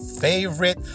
favorite